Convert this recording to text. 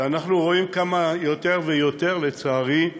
ואנחנו רואים כמה יותר ויותר, לצערי,